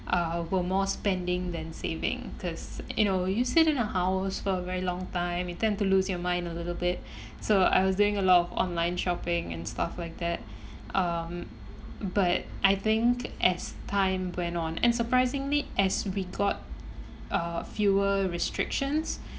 uh were more spending than saving cause you know you sit in a house for a very long time you tend to lose your mind a little bit so I was doing a lot of online shopping and stuff like that um but I think as time went on and surprisingly as we got uh fewer restrictions